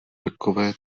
takové